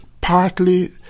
partly